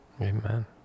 Amen